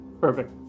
Perfect